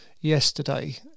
yesterday